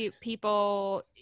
people